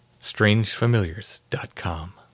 strangefamiliars.com